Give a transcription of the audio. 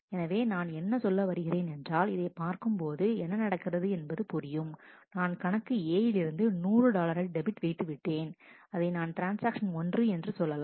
எனவே நான் என்ன சொல்ல வருகிறேன் என்றால் இதைப் பார்க்கும்போது என்ன நடக்கிறது என்பது புரியும் நான் கணக்கு A லிருந்து 100 டாலரை டெபிட் வைத்து விட்டேன் அதை நான் ட்ரான்ஸ்ஆக்ஷன் ஒன்று என்று சொல்லலாம்